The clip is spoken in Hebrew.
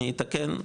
אני אתקן,